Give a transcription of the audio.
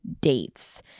dates